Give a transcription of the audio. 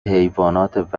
حیوانات